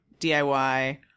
DIY